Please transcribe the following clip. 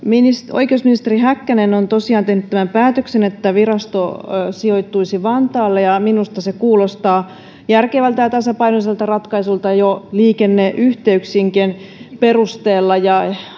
oikeusministeri häkkänen on tosiaan tehnyt tämän päätöksen että virasto sijoittuisi vantaalle minusta se kuulostaa järkevältä ja tasapainoiselta ratkaisulta jo liikenneyhteyksienkin perusteella ja